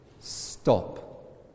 stop